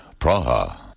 Praha